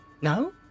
No